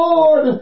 Lord